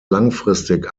langfristig